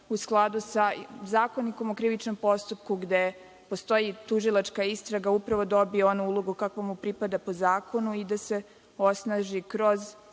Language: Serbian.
u skladu sa Zakonikom o krivičnom postupku gde postoji tužilačka istraga upravo dobije onu ulogu kakva mu pripada po zakonu i da se osnaži kroz